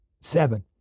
seven